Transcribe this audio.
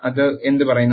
അതു എന്തു പറയുന്നു